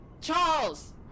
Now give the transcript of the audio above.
Charles